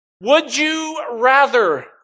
would-you-rather